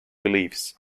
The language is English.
beliefs